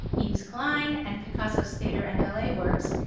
yves klein and picasso's theater and ballet works,